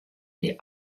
die